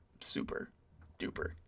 super-duper